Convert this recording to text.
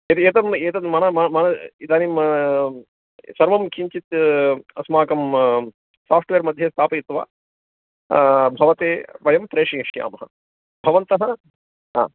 यद् एतद् एतद् म इदानीं सर्वं किञ्चित् अस्माकं साफ़्ट्वेर्मध्ये स्थापयित्वा भवते वयं प्रेषयिष्यामः भवन्तः हा